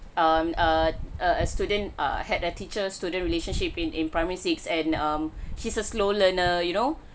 um err a student err had a teacher student relationship in in primary six and um he's a slow learner you know